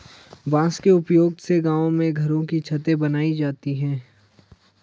बांस के उपयोग से गांव में घरों की छतें बनाई जाती है